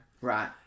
Right